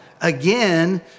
again